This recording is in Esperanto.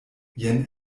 jen